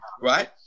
right